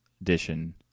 edition